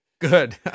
Good